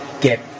get